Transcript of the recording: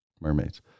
mermaids